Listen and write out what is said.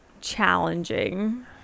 challenging